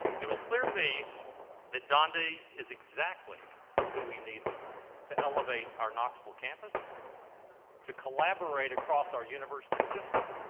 it was clear to me that don day is exactly who we needed to elevate our knoxville campus to collaborate across our university system